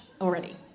already